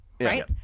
right